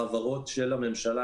לצערי, בהעברות של הממשלה.